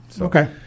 Okay